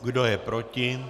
Kdo je proti?